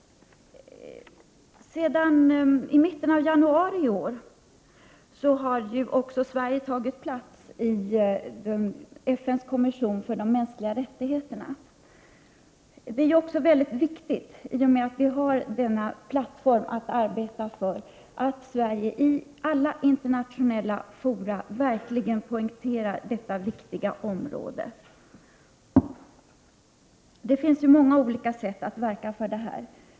Sedan mitten av januari i år har också Sverige tagit plats i FN:s kommission för de mänskliga rättigheterna. Det är också mycket viktigt, i och med att vi har denna plattform att arbeta från, att Sverige i alla internationella fora verkligen poängterar detta viktiga område. Det finns många olika sätt att verka för detta.